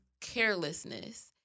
carelessness